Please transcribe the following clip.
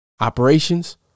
operations